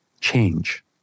change